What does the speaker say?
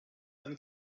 ein